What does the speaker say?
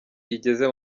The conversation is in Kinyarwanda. igeze